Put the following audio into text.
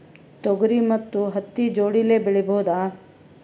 ತೊಗರಿ ಮತ್ತು ಹತ್ತಿ ಜೋಡಿಲೇ ಬೆಳೆಯಬಹುದಾ?